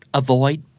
avoid